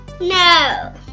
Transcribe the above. No